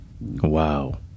Wow